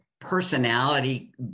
personality